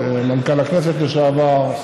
תודה לחברת הכנסת עאידה תומא סלימאן.